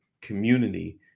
community